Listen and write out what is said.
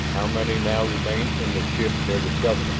how many now remain in the ship near the settlement?